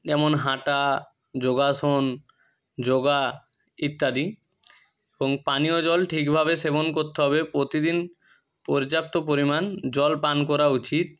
যেমন হাঁটা যোগাসন যোগা ইত্যাদি এবং পানীয় জল ঠিকভাবে সেবন করতে হবে প্রতিদিন পর্যাপ্ত পরিমাণ জল পান করা উচিত